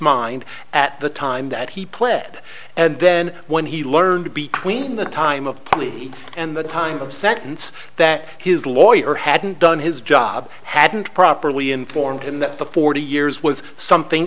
mind at the time that he pled and then when he learned between the time of plea and the time of sentence that his lawyer hadn't done his job hadn't properly informed him that the forty years was something